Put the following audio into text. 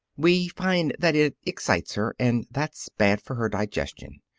we find that it excites her, and that's bad for her digestion.